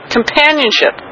Companionship